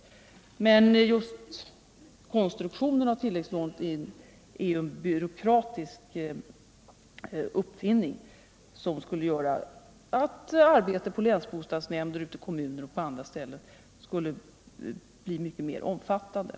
Men just konstruktionen av tilläggslånet är en byråkratisk uppfinning som skulle innebära att arbetet på länsbostadsnämnder, ute i kommuner och på andra ställen skulle bli mycket mer omfattande.